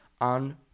on